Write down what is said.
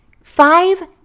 five